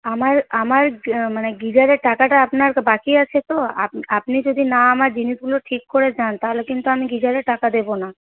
আমার মানে গিজারের টাকাটা আপনার বাকি আছে তো আপনি আপনি যদি না আমার জিনিসগুলো ঠিক করে যান তাহলে কিন্তু আমি গিজারের টাকা দেব না